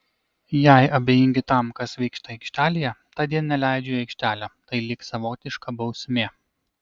jei abejingi tam kas vyksta aikštelėje tądien neleidžiu į aikštelę tai lyg savotiška bausmė